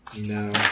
no